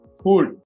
Food